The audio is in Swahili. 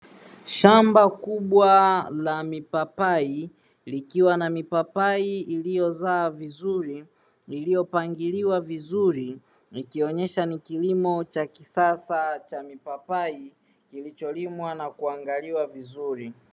Shamba kubwa la mipapai likiwa na mipapai iliyozaa vizuri, iliyopangiliwa vizuri ikionyesha ni kilimo cha kisasa cha mipapai kilicholimwa na kuangaliwa vizuri.